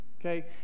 okay